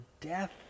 death